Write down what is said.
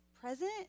present